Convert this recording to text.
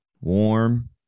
warm